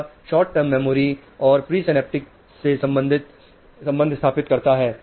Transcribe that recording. यह short term memory और presynaptic में संबंध स्थापित करता है